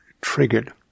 triggered